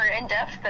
in-depth